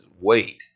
wait